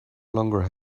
longer